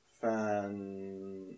fan